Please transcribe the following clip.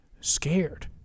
scared